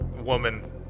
woman